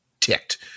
ticked